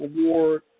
award